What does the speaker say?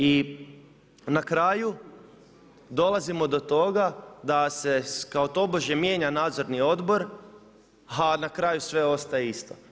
I na kraju, dolazimo do toga, da se kao tobože mijenja nadzorni odbor, a na kraju sve ostaje isto.